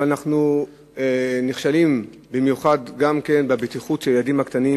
אבל אנחנו נכשלים במיוחד בבטיחות של הילדים הקטנים